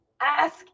Ask